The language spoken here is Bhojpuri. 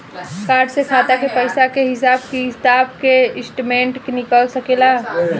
कार्ड से खाता के पइसा के हिसाब किताब के स्टेटमेंट निकल सकेलऽ?